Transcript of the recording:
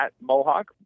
mohawk